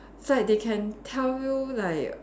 it's like they can tell you like